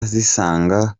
zisanga